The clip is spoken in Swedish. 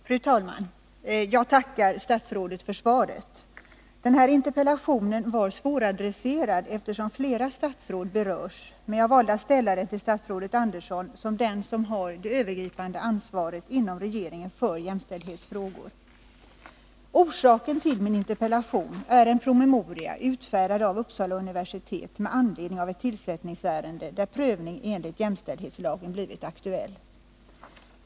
Fru talman! Jag tackar statsrådet för svaret. Den här interpellationen var svåradresserad, eftersom flera statsråd berörs, men jag valde att ställa den till statsrådet Andersson som den som har det övergripande ansvaret inom regeringen för jämställdhetsfrågor. 4” Orsaken till min interpellation är en PM utfärdad av Uppsala universitet med anledning av ett tillsättningsärende, där prövning enligt jämställdhetslagen blivit aktuell.